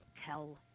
tell